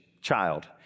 child